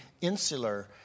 insular